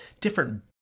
different